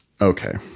Okay